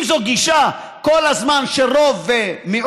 אם זו כל הזמן גישה של רוב ומיעוט,